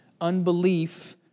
Unbelief